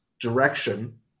direction